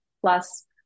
plus